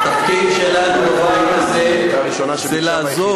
התפקיד שלנו בבית הזה זה לעזור.